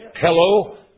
Hello